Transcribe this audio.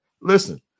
Listen